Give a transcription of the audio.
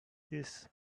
this